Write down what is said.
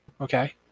Okay